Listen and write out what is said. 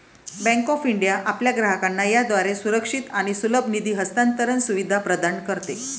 bank of India आपल्या ग्राहकांना याद्वारे सुरक्षित आणि सुलभ निधी हस्तांतरण सुविधा प्रदान करते